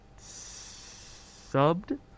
subbed